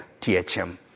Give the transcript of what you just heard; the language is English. THM